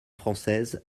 française